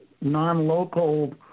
non-local